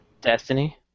Destiny